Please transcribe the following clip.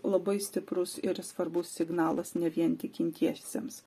labai stiprus ir svarbus signalas ne vien tikintiesiems